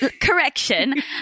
correction